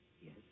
Yes